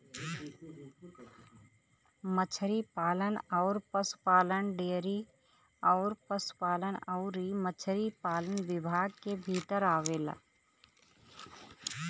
मछरी पालन अउर पसुपालन डेयरी अउर पसुपालन अउरी मछरी पालन विभाग के भीतर आवेला